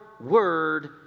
word